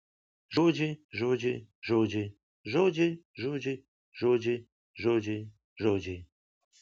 žodžiai žodžiai žodžiai žodžiai žodžiai žodžiai žodžiai žodžiai